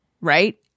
right